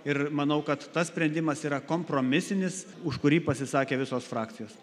ir manau kad tas sprendimas yra kompromisinis už kurį pasisakė visos frakcijos